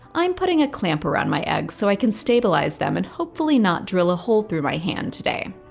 i'm putting a clamp around my eggs so i can stabilize them and hopefully not drill a hole through my hand today.